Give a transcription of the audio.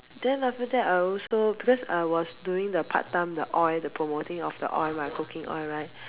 then after that I also because I was doing the part time the oil the promoting of the oil right cooking oil right